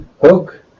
Hook